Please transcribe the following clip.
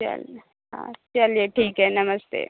चलिए हाँ चलिए ठीक है नमस्ते